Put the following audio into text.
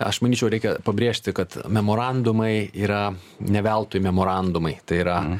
aš manyčiau reikia pabrėžti kad memorandumai yra ne veltui memorandumai tai yra